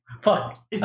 Fuck